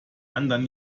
anderen